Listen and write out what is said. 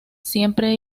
siempre